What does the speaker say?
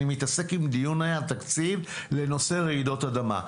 אני מתעסק עם דיוני התקציב לנושא רעידות אדמה.